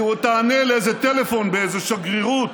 היא תענה לאיזה טלפון באיזו שגרירות.